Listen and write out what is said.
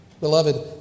beloved